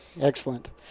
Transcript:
Excellent